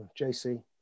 JC